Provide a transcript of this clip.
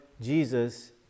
Jesus